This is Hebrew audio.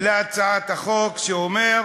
להצעת החוק, שאומר